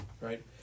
Right